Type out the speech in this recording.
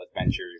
adventures